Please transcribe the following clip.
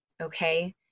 Okay